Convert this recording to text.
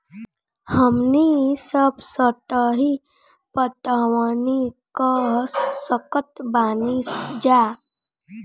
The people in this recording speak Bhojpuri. हमनी सब सतही पटवनी क सकतऽ बानी जा